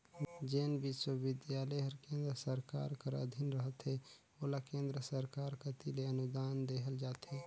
जेन बिस्वबिद्यालय हर केन्द्र सरकार कर अधीन रहथे ओला केन्द्र सरकार कती ले अनुदान देहल जाथे